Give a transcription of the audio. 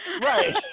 Right